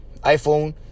iPhone